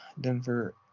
Denver